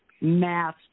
math